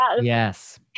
yes